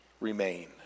remain